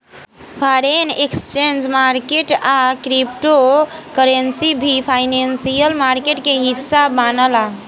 foreign exchange market आ crypto currency भी financial market के हिस्सा मनाला